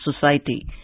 Society